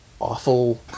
awful